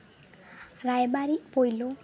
ᱨᱟᱭᱵᱟᱨᱤᱡ ᱯᱳᱭᱞᱳ